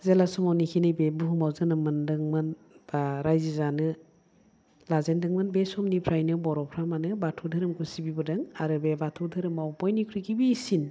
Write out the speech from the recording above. जेला समावनोखि नैबे बुहुमाव जोनोम मोन्दोंमोन बा रायजो जानो लाजेन्दोंमोन बे समनिफ्रायनो बर'फ्रा माने बाथौ दोहोरोमखौ सिबिबोदों आरो बे बाथौ दोहोरोमाव बयनिख्रुइ गिबिसिन